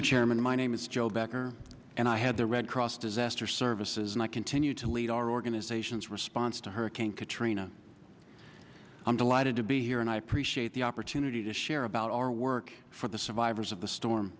chairman my name is joe becker and i had the red cross disaster services and i continue to lead our organization's response to hurricane katrina i'm delighted to be here and i appreciate the opportunity to share about our work for the survivors of the storm